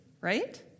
right